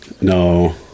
No